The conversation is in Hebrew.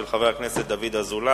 של חבר הכנסת דוד אזולאי,